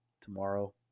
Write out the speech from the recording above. tomorrow